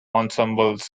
ensembles